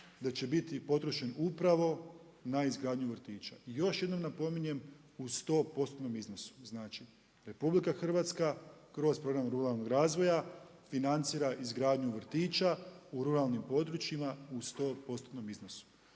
da će biti potrošen upravo na izgradnju vrtića. I još jednom napominjem u 100%-tnom iznosu. Znači RH kroz program ruralnog razvoja financira izgradnju vrtića u rulalnim područjima u 100%-tnom iznosu.